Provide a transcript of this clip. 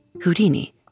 Houdini